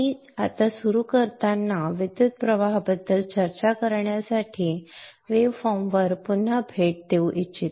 आपण आता सुरू करताना विद्युत् प्रवाहाबद्दल चर्चा करण्यासाठी वेव्ह फॉर्मवर पुन्हा भेट देऊ इच्छितो